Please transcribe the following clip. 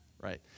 right